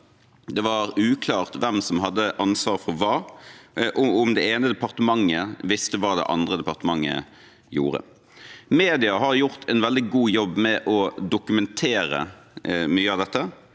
Det var uklart hvem som hadde ansvaret for hva, og om det ene departementet visste hva det andre departementet gjorde. Media har gjort en veldig god jobb med å dokumentere mye av dette,